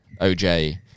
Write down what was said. OJ